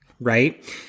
Right